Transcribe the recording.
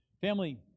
Family